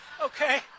okay